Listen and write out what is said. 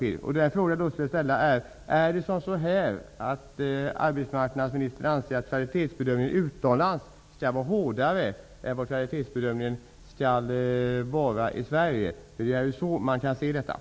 Anser arbetsmarknadsministern att kvalitetsbedömningen skall vara hårdare för utbildning utomlands än för bedömningen i Sverige?